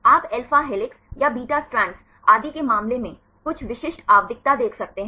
आप alpha helices या beta strands आदि के मामले में कुछ विशिष्ट आवधिकता देख सकते हैं